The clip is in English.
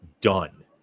done